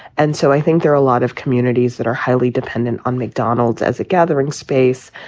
and so i think there are lot of communities that are highly dependent on mcdonald's as a gathering space,